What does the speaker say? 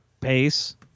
pace